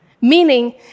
meaning